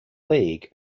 league